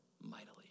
mightily